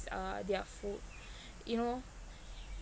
uh their food you know